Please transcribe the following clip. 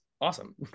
awesome